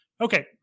okay